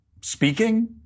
Speaking